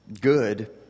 good